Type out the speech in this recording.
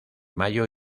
mayo